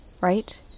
right